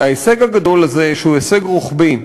וההישג הגדול הזה, שהוא הישג רוחבי,